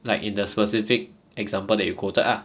like in the specific example that you quoted ah